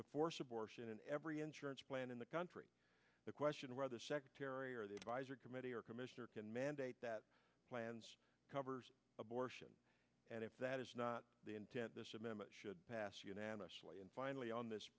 to force abortion in every insurance plan in the country the question where the secretary or the advisory committee or commissioner can mandate that covers abortion and if that is not the intent this amendment should pass unanimously and finally on this